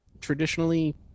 traditionally